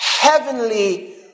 heavenly